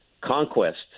conquest